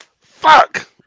Fuck